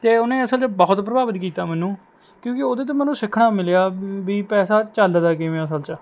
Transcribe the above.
ਅਤੇ ਉਹਨੇ ਅਸਲ 'ਚ ਬਹੁਤ ਪ੍ਰਭਾਵਿਤ ਕੀਤਾ ਮੈਨੂੰ ਕਿਉਂਕਿ ਉਹਦੇ ਤੋਂ ਮੈਨੂੰ ਸਿੱਖਣਾ ਮਿਲਿਆ ਵੀ ਪੈਸਾ ਚੱਲਦਾ ਕਿਵੇਂ ਹੈ ਅਸਲ 'ਚ